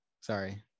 sorry